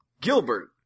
Gilbert